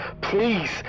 Please